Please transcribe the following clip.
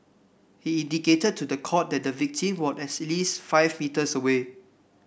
he indicated to the court that the victim was at least five metres away